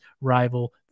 Rival